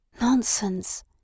Nonsense